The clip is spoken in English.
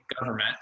government